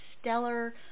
stellar